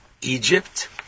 Egypt